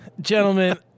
Gentlemen